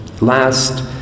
Last